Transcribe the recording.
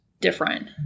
different